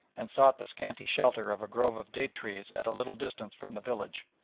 and sought the scanty shelter of a grove of date-trees at a little distance from the village.